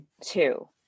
two